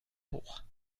hoch